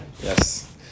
yes